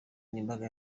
n’imbaga